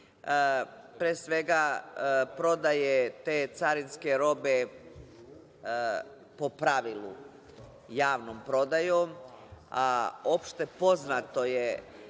pre svega prodaje te carinske robe po pravilu javnom prodajom. Opšte je poznato